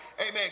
Amen